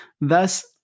Thus